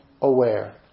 aware